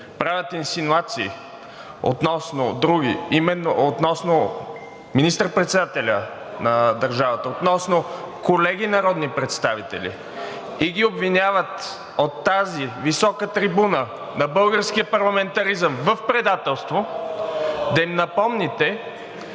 правят инсинуации относно други, именно относно министър-председателя на държавата, относно колеги народни представители и ги обвиняват от тази висока трибуна на българския парламентаризъм в предателство (викове